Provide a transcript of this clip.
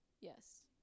yes